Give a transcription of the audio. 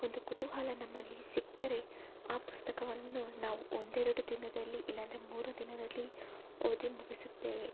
ಒಂದು ಕುತೂಹಲ ನಮ್ಮಲ್ಲಿ ಸಿಕ್ಕರೆ ಆ ಪುಸ್ತಕವನ್ನು ನಾವು ಒಂದೆರಡು ದಿನದಲ್ಲಿ ಇಲ್ಲಾಂದರೆ ಮೂರು ದಿನದಲ್ಲಿ ಓದಿ ಮುಗಿಸುತ್ತೇವೆ